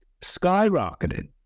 skyrocketed